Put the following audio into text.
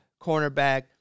cornerback